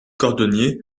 cordonnier